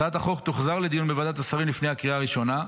הצעת החוק תוחזר לדיון בוועדת השרים לפני הקריאה הראשונה.